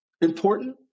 important